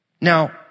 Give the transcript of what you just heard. Now